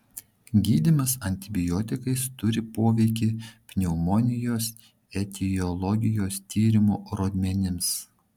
gydymas antibiotikais turi poveikį pneumonijos etiologijos tyrimo rodmenims